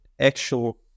actual